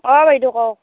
অ' বাইদ' কওক